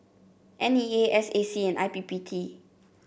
N E A S A C and I P P T